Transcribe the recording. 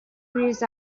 this